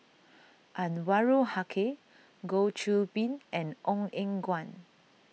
Anwarul Haque Goh Qiu Bin and Ong Eng Guan